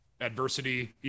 adversity